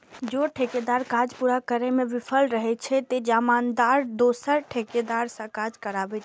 जौं ठेकेदार काज पूरा करै मे विफल रहै छै, ते जमानतदार दोसर ठेकेदार सं काज कराबै छै